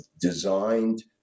designed